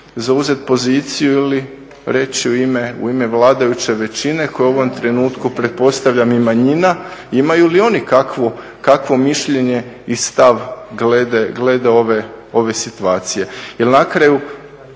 zauzeti poziciju ili reći u ime vladajuće većine koja je u ovom trenutku, pretpostavljam i manjina, imaju li oni kakvo mišljenje i stav glede ove situacije. Jer na kraju